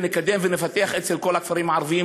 ונקדם ונפתח אצל כל הכפרים הערביים,